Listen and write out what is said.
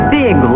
big